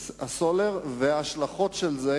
הסולר, וההשלכות של זה